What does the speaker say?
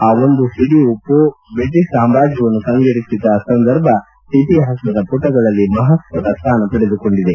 ಆ ಒಂದು ಹಿಡಿ ಉಪ್ಪು ಬ್ರಿಟಿಷ್ ಸಾಮ್ರಾಜ್ಯವನ್ನು ಕಂಗೆಡಿಸಿದ್ದ ಸಂದರ್ಭ ಇತಿಹಾಸದ ಮಟಗಳಲ್ಲಿ ಮಹತ್ವದ ಸ್ಥಾನ ಪಡೆದುಕೊಂಡಿವೆ